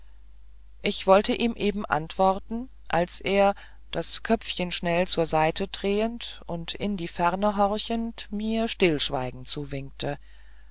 ich wollte ihm eben antworten als er das köpfchen schnell zur seite drehend und in die ferne horchend mir stillschweigen zuwinkte